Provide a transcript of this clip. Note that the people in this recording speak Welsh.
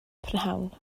prynhawn